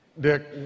Dick